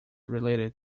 related